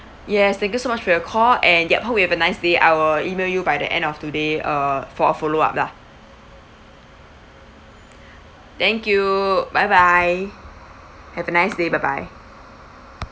yes thank you so much for your call and yup hope you have a nice day I will email you by the end of today uh for a follow up lah thank you bye bye have a nice day bye bye